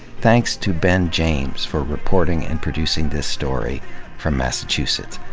thanks to ben james for reporting and producing this story from massachusetts.